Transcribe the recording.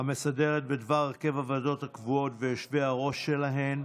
המסדרת בדבר הרכב הוועדות הקבועות ויושבי-הראש שלהן.